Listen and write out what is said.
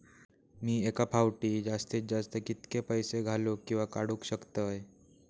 मी एका फाउटी जास्तीत जास्त कितके पैसे घालूक किवा काडूक शकतय?